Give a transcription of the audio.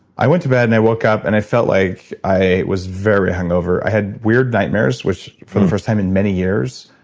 i went to bed and i woke up, and i felt like i was very hungover. i had weird nightmares, which for the first time in many years,